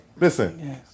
Listen